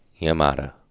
Yamada